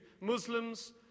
Muslims